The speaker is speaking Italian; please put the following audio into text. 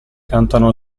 cantano